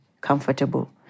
comfortable